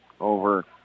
over